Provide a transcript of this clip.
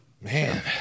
Man